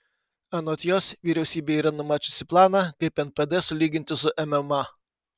anot jos vyriausybė yra numačiusi planą kaip npd sulyginti su mma